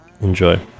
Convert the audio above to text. enjoy